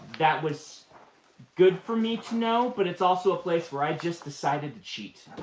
that was good for me to know, but it's also a place where i just decided to cheat.